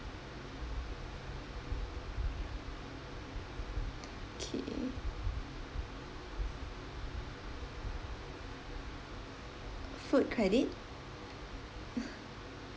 okay food credit